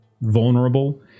vulnerable